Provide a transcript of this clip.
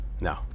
no